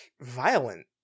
violent